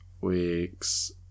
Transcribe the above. week's